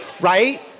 right